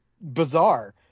bizarre